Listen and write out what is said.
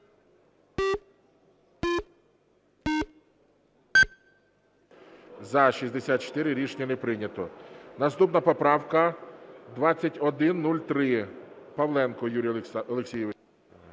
За-64 Рішення не прийнято. Наступна поправка 2103, Павленко Юрій Олексійович.